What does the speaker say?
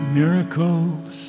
miracles